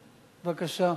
בבקשה.